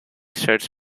search